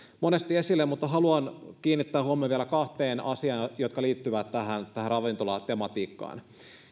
monesti esille mutta haluan kiinnittää huomion vielä kahteen asiaan jotka liittyvät tähän ravintolatematiikkaan